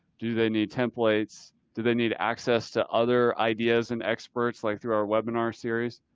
do they need templates? do they need access to other ideas and experts, like through our webinar series?